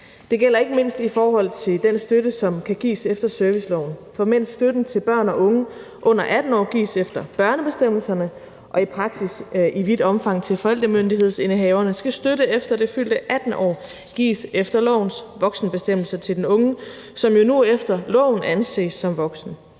Det gælder ikke mindst i forhold til den støtte, som kan gives efter serviceloven, for mens støtten til børn og unge under 18 år gives efter børnebestemmelserne og i praksis i vidt omfang til forældremyndighedsindehaverne, skal støtte efter det fyldte 18 år gives efter lovens voksenbestemmelser til den unge, som jo nu efter loven anses som voksen.